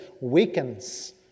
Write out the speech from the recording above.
weakens